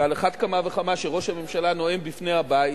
ועל אחת כמה וכמה כשראש הממשלה נואם בפני הבית,